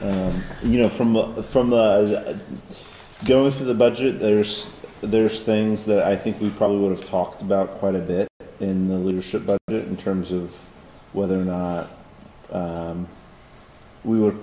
that you know from what the from the goes to the budget there's there's things that i think we probably would have talked about quite a bit in the leadership but in terms of whether or not we were